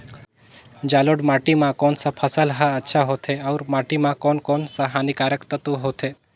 जलोढ़ माटी मां कोन सा फसल ह अच्छा होथे अउर माटी म कोन कोन स हानिकारक तत्व होथे?